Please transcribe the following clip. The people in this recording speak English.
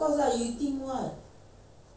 uh technically it's not our fault right